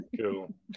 Cool